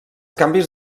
canvis